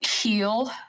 heal